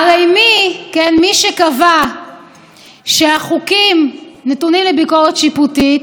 הרי מי שקבע שהחוקים נתונים לביקורת שיפוטית,